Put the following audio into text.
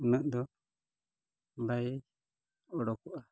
ᱩᱱᱟᱹᱜ ᱫᱚ ᱵᱟᱭ ᱩᱰᱩᱠᱚᱜᱼᱟ